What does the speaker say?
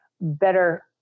better